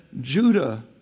Judah